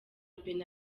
beni